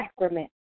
sacrament